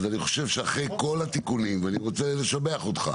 אני חושב שאחרי כל התיקונים ואני רוצה לשבח אותך,